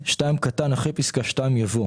אחרי פסקה (2) יבוא: